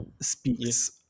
speaks